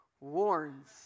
warns